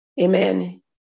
Amen